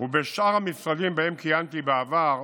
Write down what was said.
ובשאר המשרדים שבהם כיהנתי בעבר,